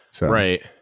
Right